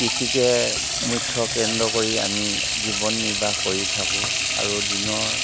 কৃষিকে মুখ্য কেন্দ্ৰ কৰি আমি জীৱন নিৰ্বাহ কৰি থাকোঁ আৰু দিনৰ